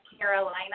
carolina